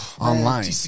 Online